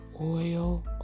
oil